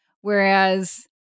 Whereas